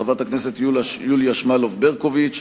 חברת הכנסת יוליה שמאלוב-ברקוביץ.